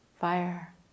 fire